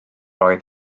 oedd